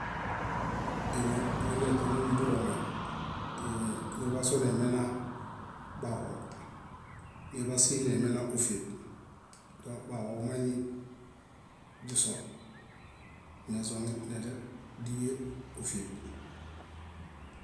Énoo mineźonemi burũe; muḃasoniemena baɦoo niḃasineemena ófieb baɦomoni źiso nezoŋen nedial díe e, ófieb